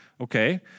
Okay